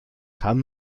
kann